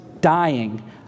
dying